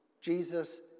Jesus